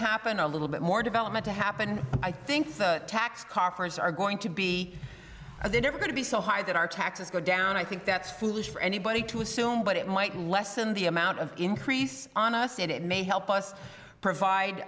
happen a little bit more development to happen i think the tax coffers are going to be they differ going to be so high that our taxes go down i think that's foolish for anybody to assume but it might lessen the amount of increase on us and it may help us provide